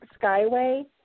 Skyway